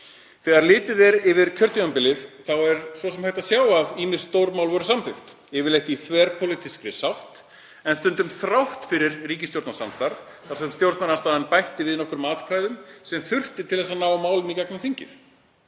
Þegar litið er yfir kjörtímabilið er svo sem hægt að sjá að ýmis stórmál voru samþykkt, yfirleitt í þverpólitískri sátt en stundum þrátt fyrir ríkisstjórnarsamstarf þar sem stjórnarandstaðan bætti við nokkrum atkvæðum sem þurfti til að ná málinu í gegnum þingið.